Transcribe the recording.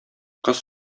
кыз